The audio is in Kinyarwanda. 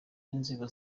inzego